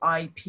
IP